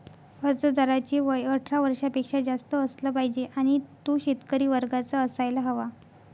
अर्जदाराचे वय अठरा वर्षापेक्षा जास्त असलं पाहिजे आणि तो शेतकरी वर्गाचा असायला हवा